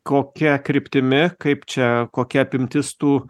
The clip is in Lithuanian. kokia kryptimi kaip čia kokia apimtis tų